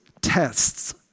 tests